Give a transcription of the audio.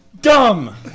dumb